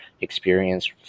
experience